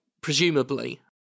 presumably